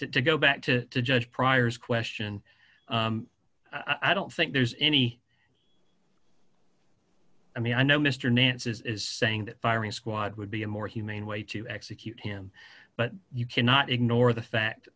to go back to the judge priors question i don't think there's any i mean i know mr nance's is saying that firing squad would be a more humane way to execute him but you cannot ignore the fact